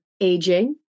aging